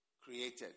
created